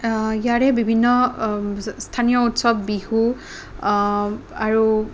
ইয়াৰে বিভিন্ন স্থানীয় উৎসৱ বিহু আৰু